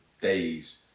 days